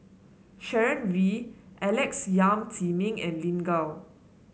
Sharon Wee Alex Yam Ziming and Lin Gao